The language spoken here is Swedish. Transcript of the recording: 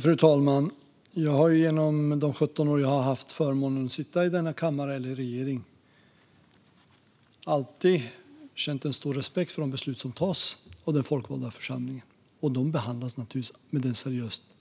Fru talman! Jag har under de 17 år som jag har haft förmånen att sitta i denna kammare eller i regering alltid känt en stor respekt för de beslut som tas av den folkvalda församlingen. De behandlas naturligtvis med den